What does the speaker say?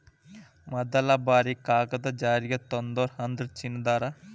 ಮದಲ ಬಾರಿ ಕಾಗದಾ ಜಾರಿಗೆ ತಂದೋರ ಅಂದ್ರ ಚೇನಾದಾರ